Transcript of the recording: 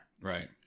Right